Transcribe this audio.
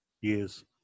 years